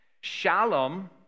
Shalom